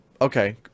Okay